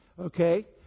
Okay